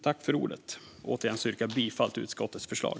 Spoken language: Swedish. Jag yrkar återigen bifall till utskottets förslag.